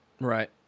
Right